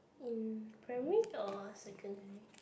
mm primary or secondary